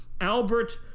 Albert